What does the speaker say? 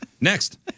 Next